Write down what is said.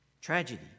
Tragedy